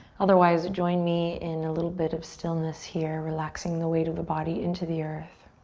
otherwise, join me in a little bit of stillness here, relaxing the weight of the body into the earth.